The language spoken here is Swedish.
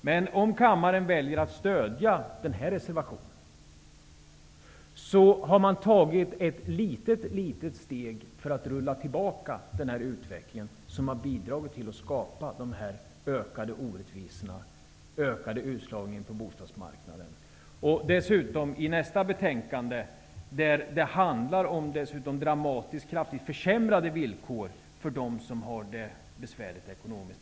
Men om kammaren väljer att stödja vår reservation innebär det att ett litet litet steg tas när det gäller att så att säga rulla tillbaka den utveckling som har bidragit till de ökade orättvisorna och den ökade utslagningen på bostadsmarknaden. Nästa betänkande som kammaren skall behandla gäller dramatiskt försämrade villkor för dem som har det ekonomiskt besvärligt.